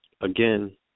Again